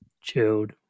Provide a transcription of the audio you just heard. chilled